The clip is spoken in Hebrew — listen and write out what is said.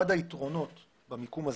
עוד לפני